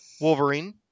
Wolverine